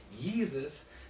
Jesus